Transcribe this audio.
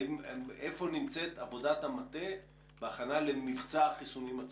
איפה נמצאת עבודת המטה בהכנה למבצע החיסונים עצמו?